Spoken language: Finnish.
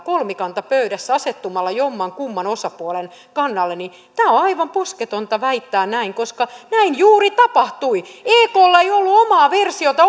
kolmikantapöydässä asettumalla jommankumman osapuolen kannalle niin on aivan posketonta väittää näin koska näin juuri tapahtui eklla ei ollut omaa versiota